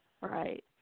Right